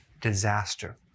disaster